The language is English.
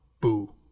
boo